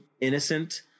innocent